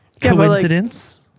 Coincidence